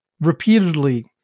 repeatedly